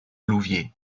louviers